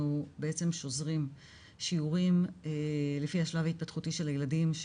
בעצם שוזרים שיעורים לפי השלב ההתפתחותי של הילדים,